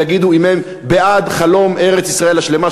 ויגידו אם הם בעד חלום ארץ-ישראל השלמה,